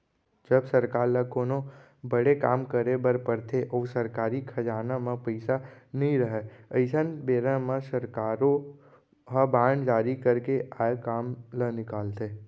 जब सरकार ल कोनो बड़े काम करे बर परथे अउ सरकारी खजाना म पइसा नइ रहय अइसन बेरा म सरकारो ह बांड जारी करके आए काम ल निकालथे